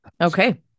Okay